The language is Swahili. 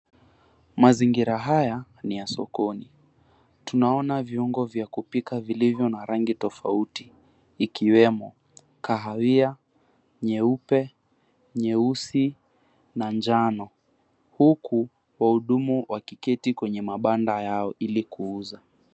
Mazingira haya ni ya sokoni. Tunaona viungo vya kupika vilivyo na rangi tofauti ikiwemo kahawia, nyeupe, nyeusi na njano huku wahudumu wakiketi kwenye mabanda yao ili kuuza.